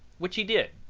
which he did.